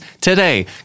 today